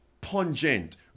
pungent